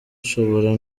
nshobora